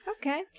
okay